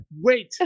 Wait